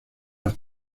las